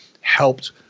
helped